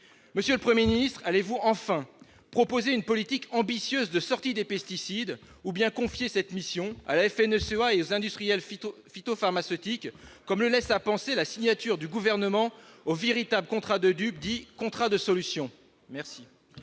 Monsieur le Premier ministre, allez-vous enfin proposer une politique ambitieuse de sortie des pesticides ou bien confier cette mission à la FNSEA et aux industriels phytopharmaceutiques, comme le laisse à penser la signature par le Gouvernement du véritable contrat de dupes qu'est le « contrat de solutions